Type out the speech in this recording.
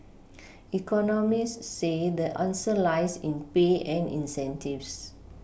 economists say the answer lies in pay and incentives